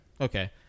Okay